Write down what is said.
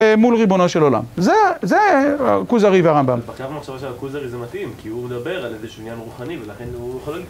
מול ריבונו של עולם. זה קוזרי ורמב״ם.